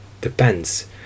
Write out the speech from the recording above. depends